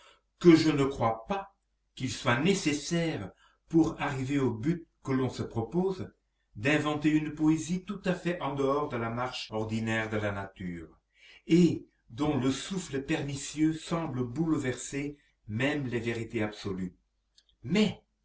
que je ne crois pas qu'il soit nécessaire pour arriver au but que l'on se propose d'inventer une poésie tout à fait en dehors de la marche ordinaire de la nature et dont le souffle pernicieux semble bouleverser même les vérités absolues mais